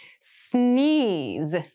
sneeze